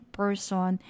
person